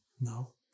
No